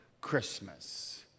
Christmas